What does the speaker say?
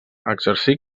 exercí